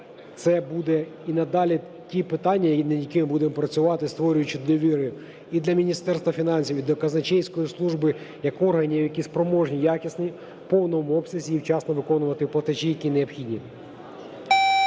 це будуть і надалі ті питання, над якими ми будемо працювати, створюючи довіру і для Міністерства фінансів, і для казначейської служби як органів, які спроможні якісно, в повному обсязі і вчасно виконувати платежі, які необхідні.